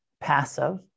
passive